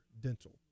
Dental